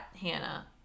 Hannah